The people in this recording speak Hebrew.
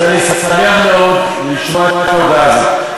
אז אני שמח מאוד לשמוע את ההודעה הזאת.